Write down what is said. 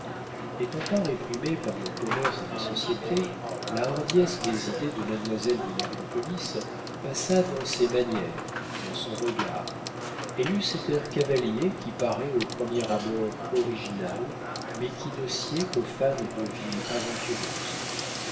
n'étant pas réprimée par le commerce de la société la hardiesse des idées de mademoiselle de nègrepelisse passa dans ses manières dans son regard elle eut cet air cavalier qui paraît au premier abord original mais qui ne sied qu'aux femmes de vie aventureuse